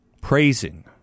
praising